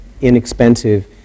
inexpensive